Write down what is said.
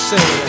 Say